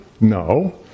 No